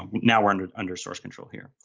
now under under source control here.